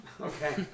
Okay